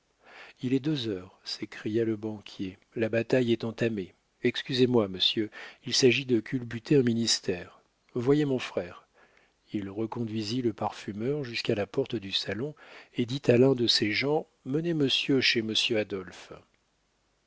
il est deux heures s'écria le banquier la bataille est entamée excusez-moi monsieur il s'agit de culbuter un ministère voyez mon frère il reconduisit le parfumeur jusqu'à la porte du salon et dit à l'un de ses gens menez monsieur chez monsieur adolphe